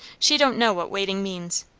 she don't know what waiting means.